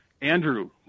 Andrew